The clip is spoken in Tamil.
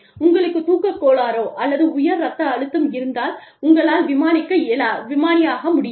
உங்களுக்கு தூக்கக் கோளாறோ அல்லது உயர் இரத்த அழுத்தம் இருந்தால் உங்களால் விமானியாக முடியாது